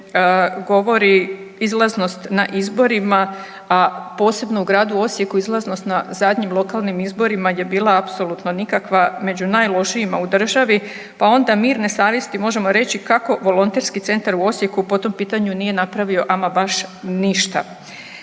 govori izlaznost na izborima, a posebno u gradu Osijeku izlaznost na zadnjim lokalnim izborima je bila aposlutno nikakva, među najlošijima u državi pa onda mirne savjesti možemo reći kako Volonterski centar u Osijeku po tom pitanju nije napravio ama baš ništa.